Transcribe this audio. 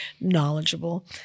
knowledgeable